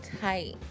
tight